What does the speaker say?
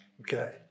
okay